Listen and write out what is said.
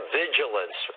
vigilance